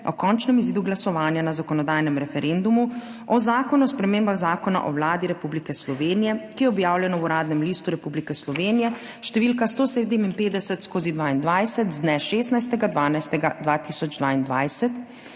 o končnem izidu glasovanja na zakonodajnem referendumu o Zakonu o spremembah Zakona o Vladi Republike Slovenije, ki je objavljeno v Uradnem listu Republike Slovenije št. 157/2022 z dne 16. 12. 2022,